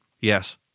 Yes